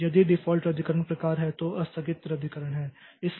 यदि डिफ़ॉल्ट रद्दीकरण प्रकार है तो आस्थगित रद्दीकरण है